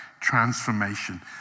transformation